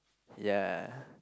ya